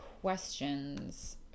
questions